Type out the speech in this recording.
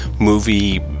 movie